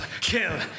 Kill